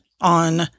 on